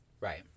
Right